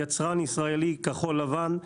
יצרן ישראלי כחול לבן,